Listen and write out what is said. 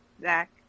Zach